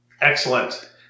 Excellent